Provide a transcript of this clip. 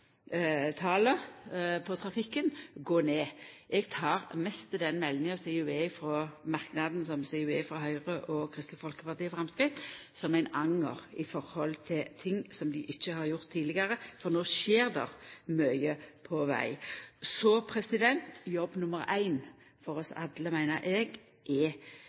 ulykkestala i trafikken gå ned. Eg tek den meldinga som går fram av merknaden frå Høgre, Kristeleg Folkeparti og Framstegspartiet, mest som ein anger i forhold til ting som dei ikkje har gjort tidlegare, for no skjer det mykje på veg. Så jobb nr. 1 for oss alle meiner eg er